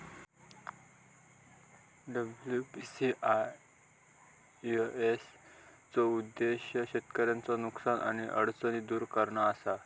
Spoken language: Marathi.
डब्ल्यू.बी.सी.आय.एस चो उद्देश्य शेतकऱ्यांचा नुकसान आणि अडचणी दुर करणा असा